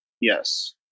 Yes